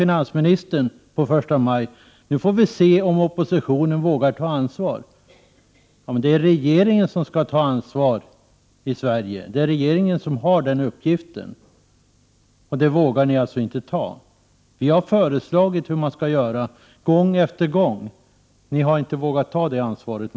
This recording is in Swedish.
Finansministern sade första maj att nu får vi se om oppositionen vågar ta ansvar. Men det är regeringen som skall ta ansvar i Sverige. Det är regeringen som har den uppgiften. Vi har gång efter gång föreslagit hur man skall göra, men ni har inte vågat ta det ansvaret.